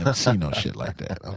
ah seen no shit like that. um